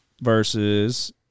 Versus